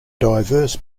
diverse